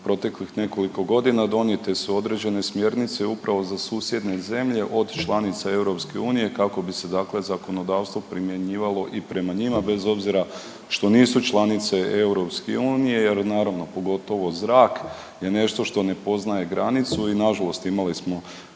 proteklih nekoliko godina donijete su određene smjernice i upravo za susjedne zemlje od članica EU kako bi se dakle zakonodavstvo primjenjivalo i prema njima, bez obzira što nisu članice EU jer naravno, pogotovo zrak je nešto što ne poznaje granicu i nažalost imali smo